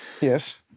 Yes